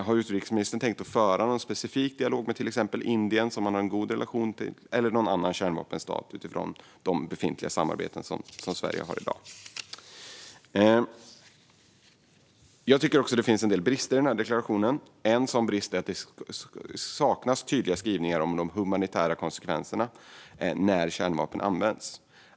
Har utrikesministern tänkt föra någon specifik dialog med till exempel Indien, som man har en god relation till, eller någon annan kärnvapenstat utifrån de befintliga samarbeten som Sverige har i dag? Det finns en del brister i deklarationen. En sådan är att det saknas tydliga skrivningar om de humanitära konsekvenserna när kärnvapen används.